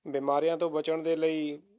ਬਿਮਾਰੀਆਂ ਤੋਂ ਬਚਣ ਦੇ ਲਈ